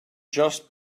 just